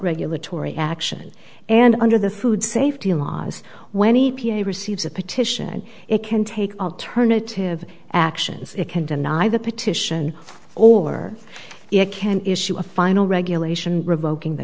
regulatory action and under the food safety laws when e p a receives a petition it can take alternative actions it can deny the petition or it can issue a final regulation revoking the